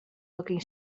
looking